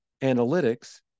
analytics